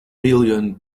million